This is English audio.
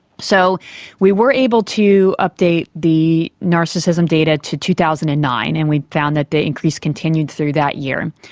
so we were able to update the narcissism data to two thousand and nine, and we found that the increase continued through that year.